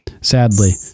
sadly